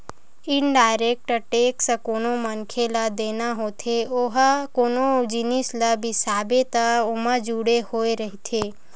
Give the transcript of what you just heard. indirect tax कोनो मनखे ल देना होथे ओहा कोनो जिनिस ल बिसाबे त ओमा जुड़े होय रहिथे